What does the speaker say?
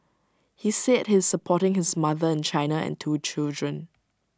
he said he is supporting his mother in China and two children